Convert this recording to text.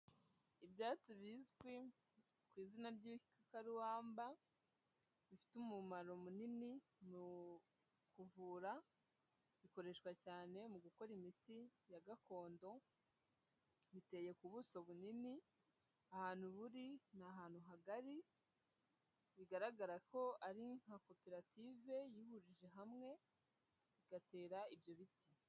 Ibyatsi bizwi ku izina ry'igikakarumba bifite umumaro munini mu kuvura bikoreshwa cyane mu gukora imiti ya gakondo, biteye ku buso bunini ahantu buri ni ahantu hagari bigaragara ko ari nka koperative yihurije hamwe igatera ibyo biti.